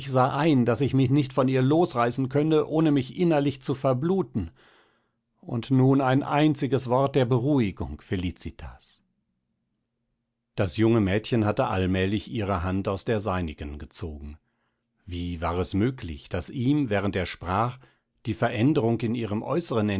sah ein daß ich mich nicht von ihr losreißen könne ohne mich innerlich zu verbluten und nun ein einziges wort der beruhigung felicitas das junge mädchen hatte allmählich ihre hand aus der seinigen gezogen wie war es möglich daß ihm während er sprach die veränderung in ihrem